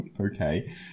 okay